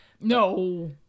no